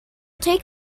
take